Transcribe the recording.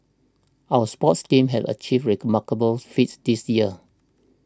our sports teams have achieved remarkable feats this year